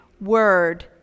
word